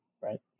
right